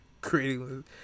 creating